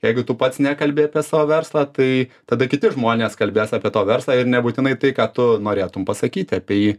jeigu tu pats nekalbi apie savo verslą tai tada kiti žmonės kalbės apie to verslą ir nebūtinai tai ką tu norėtum pasakyti apie jį